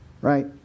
right